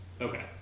Okay